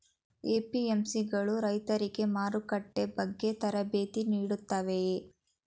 APMC ಗಳು ರೈತರಿಗೆ ಮಾರುಕಟ್ಟೆ ಬಗ್ಗೆ ತರಬೇತಿ ನೀಡುತ್ತವೆಯೇ?